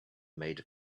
made